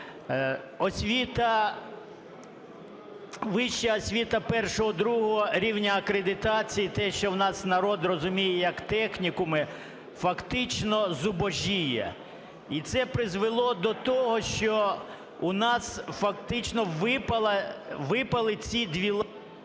освіта, вища освіта І-ІІ рівня акредитації - те, що в нас народ розуміє як технікуми, - фактично зубожіє. І це призвело до того, що у нас фактично випали ці дві…